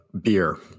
beer